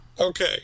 Okay